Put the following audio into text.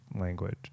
language